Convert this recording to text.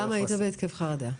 למה היית בהתקף חרדה?